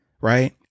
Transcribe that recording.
Right